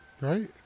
Right